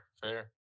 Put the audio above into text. fair